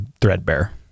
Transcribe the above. threadbare